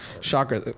shocker